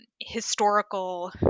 historical